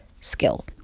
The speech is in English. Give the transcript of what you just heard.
skill